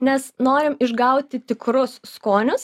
nes norim išgauti tikrus skonius